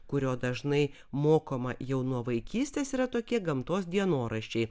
kurio dažnai mokoma jau nuo vaikystės yra tokie gamtos dienoraščiai